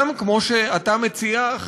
גם כמו שאתה מציע,